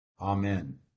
Amen